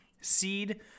seed